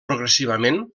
progressivament